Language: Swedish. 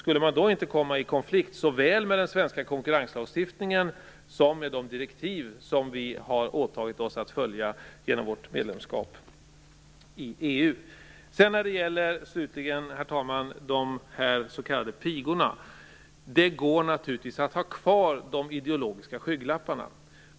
Skulle man då inte komma i konflikt såväl med den svenska konkurrenslagstiftningen som med de direktiv som vi har åtagit oss att följa genom vårt medlemskap i EU? När det slutligen gäller de s.k. pigorna, herr talman, går det naturligtvis att ha kvar de ideologiska skygglapparna.